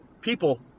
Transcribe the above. People